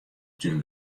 tún